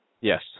Yes